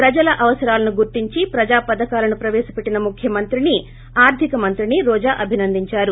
ప్రజల అవసరాలను గుర్తించి ప్రజా పథకాలను ప్రవేశపెట్టిన ముఖ్యమంత్రిని ఆర్దికమంత్రిని రోజా అభినందించారు